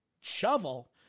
shovel